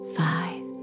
five